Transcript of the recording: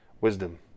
Wisdom